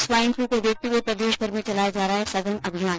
swine flu को देखते हुए प्रदेशभर में चलाया जा रहा है सघन अभियान